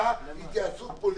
הפסקה להתייעצות פוליטית.